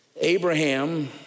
Abraham